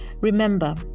remember